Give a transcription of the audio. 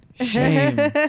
Shame